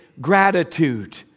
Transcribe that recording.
gratitude